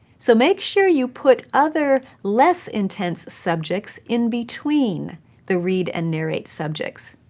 so make sure you put other less intense subjects in between the read-and-narrate subjects.